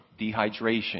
Dehydration